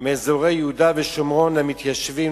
מאזורי יהודה ושומרון למתיישבים,